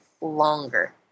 longer